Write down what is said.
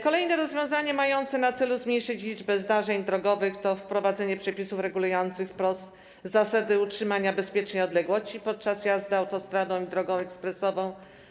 Kolejne rozwiązanie mające na celu zmniejszenie liczby zdarzeń drogowych to wprowadzenie przepisów regulujących wprost zasadę utrzymania bezpiecznej odległości podczas jazdy autostradą i drogą ekspresową.